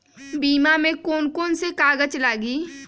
बीमा में कौन कौन से कागज लगी?